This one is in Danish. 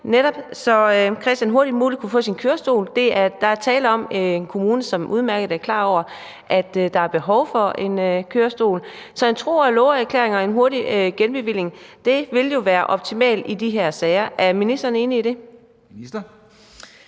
sag, så Christian hurtigst muligt kunne have fået sin kørestol? Der er tale om en kommune, som udmærket er klar over, at der er behov for en kørestol. Så en tro og love-erklæring og en hurtig genbevilling ville jo være optimalt i de her sager. Er ministeren enig i det?